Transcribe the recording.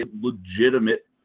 legitimate